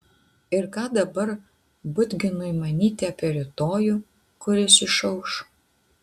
ir ką dabar budginui manyti apie rytojų kuris išauš